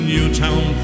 Newtown